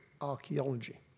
archaeology